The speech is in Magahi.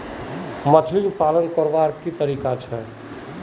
मछली पालन करवार की तरीका छे?